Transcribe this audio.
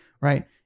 Right